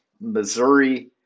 Missouri